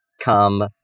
come